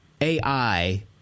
AI